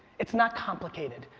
it's not complicated.